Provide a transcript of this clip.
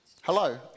Hello